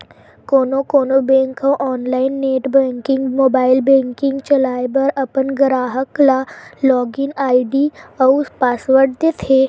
कोनो कोनो बेंक ह online net banking, mobile banking चलाए बर अपन गराहक ल लॉगिन आईडी अउ पासवर्ड देथे